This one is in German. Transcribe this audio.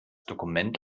dokument